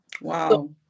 wow